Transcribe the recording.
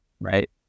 right